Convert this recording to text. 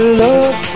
love